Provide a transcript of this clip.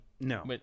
no